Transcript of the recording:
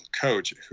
coach